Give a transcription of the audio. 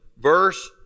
verse